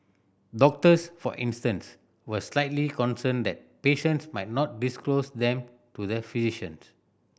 doctors for instance were slightly concerned that patients might not disclose them to the physicians